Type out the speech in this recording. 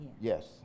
Yes